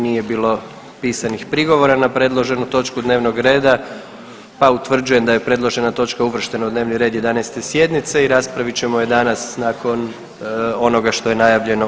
Nije bilo pisanih prigovora na predloženu točku dnevnog reda, pa utvrđujem da je predložena točka uvrštena u dnevni red 11. sjednice i raspravit ćemo je danas nakon onoga što je najavljeno